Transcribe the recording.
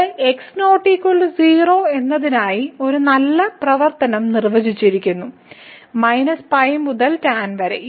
ഇവിടെ x ≠ 0 എന്നതിനായി ഈ നല്ല പ്രവർത്തനം നിർവചിച്ചിരിക്കുന്നു π മുതൽ ടാൻ വരെ